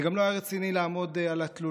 זה גם לא היה רציני לעמוד על התלוליות